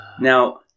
Now